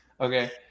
Okay